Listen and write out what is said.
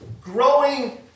growing